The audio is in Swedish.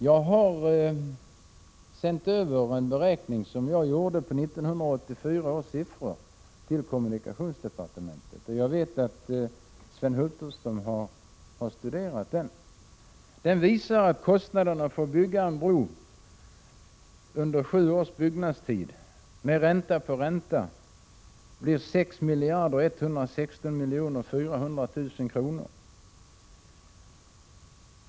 Jag har sänt över till kommunikationsdepartementet en beräkning som jag gjort på 1984 års siffror. Jag vet att Sven Hulterström har studerat den. Den visar att kostnaden för byggande av en bro under sju års byggnadstid och med ränta på ränta blir 6 116 400 000 kr.